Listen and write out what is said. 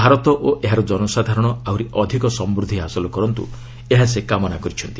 ଭାରତ ଓ ଏହାର ଜନସାଧାରଣ ଆହୁରି ଅଧିକ ସମୃଦ୍ଧି ହାସଲ କରନ୍ତୁ ଏହା ସେ କାମନା କରିଛନ୍ତି